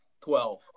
Twelve